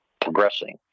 progressing